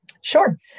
Sure